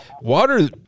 water